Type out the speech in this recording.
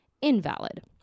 invalid